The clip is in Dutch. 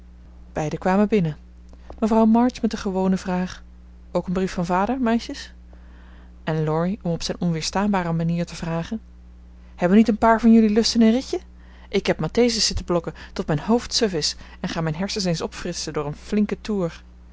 beiden kwamen binnen mevrouw maren met de gewone vraag ook een brief van vader meisjes en laurie om op zijn onweerstaanbare manier te vragen hebben niet een paar van jullie lust in een ritje ik heb mathesis zitten blokken tot mijn hoofd suf is en ga mijn hersens eens opfrisschen door een flinken toer